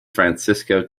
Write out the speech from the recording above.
francesco